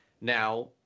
Now